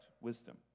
wisdom